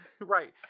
right